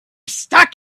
stuck